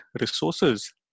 resources